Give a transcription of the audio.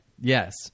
Yes